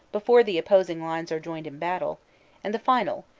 before the opposing lines are joined in battle and the final,